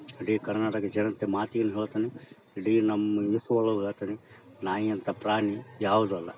ಇಡೀ ಕರ್ನಾಟಕದ ಜನತೆ ಮಾತಿನ್ನೂ ಹೇಳ್ತೀನಿ ಇಡೀ ನಮ್ಮ ವಿಶ್ವ ಒಳಗೆ ಹೇಳ್ತೀನಿ ನಾಯಿಯಂಥ ಪ್ರಾಣಿ ಯಾವುದೂ ಅಲ್ಲ